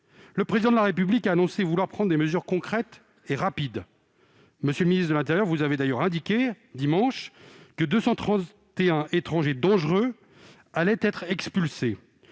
Le Président de la République a annoncé vouloir prendre des mesures concrètes et rapides. Monsieur le ministre de l'intérieur, vous avez indiqué dimanche que 231 étrangers dangereux allaient être expulsés.